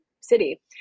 city